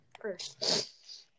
first